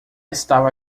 estava